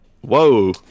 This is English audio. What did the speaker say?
Whoa